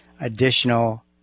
additional